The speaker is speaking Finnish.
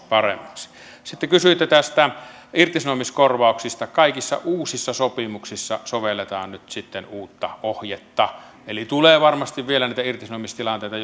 paremmaksi sitten kysyitte näistä irtisanomiskorvauksista kaikissa uusissa sopimuksissa sovelletaan nyt sitten uutta ohjetta eli tulee varmasti vielä niitä irtisanomistilanteita